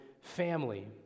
family